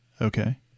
okay